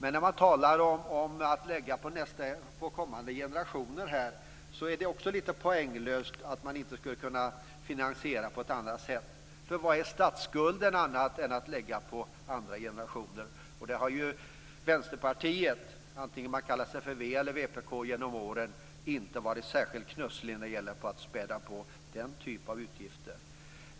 När man talar om att lägga kostnaderna på kommande generationer är det poänglöst att säga att det inte skulle kunna finansieras på något annat sätt. Vad är statsskulden annat än att lägga kostnaderna på andra generationer? Vänsterpartiet har inte, vare sig man kallat sig v eller vpk genom åren, varit särskilt knussligt när det gällt att späda på den typen av utgifter.